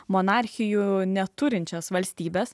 monarchijų neturinčias valstybes